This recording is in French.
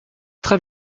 très